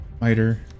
miter